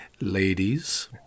ladies